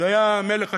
זה היה מלך השמש.